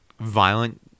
violent